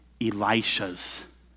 Elisha's